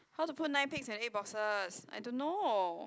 how to put nine pigs in eight boxes I don't know